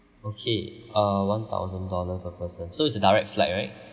okay uh one thousand dollar per person so it's a direct flight right